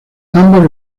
ambas